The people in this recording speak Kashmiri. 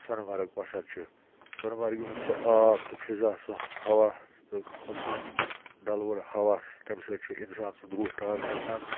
سۄنہٕ مَرگ پَسنٛد چھِ سۄنہٕ مَرگہِ ہُنٛد سُہ آب تہٕ فِضا سُہ ہوا تہٕ خۄشوُن رَلوُن ہَوا تَمہِ سۭتۍ چھُ اِنسان سُنٛد رُوح تازٕ گَژھان